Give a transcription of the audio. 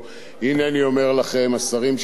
השרים שישבו בממשלה שמעו,